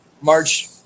March